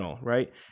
right